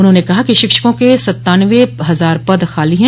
उन्होंने बताया कि शिक्षकों के सत्तानवे हजार पद खाली है